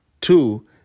Two